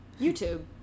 YouTube